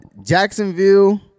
Jacksonville